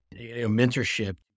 mentorship